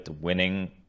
winning